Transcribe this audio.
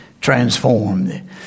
transformed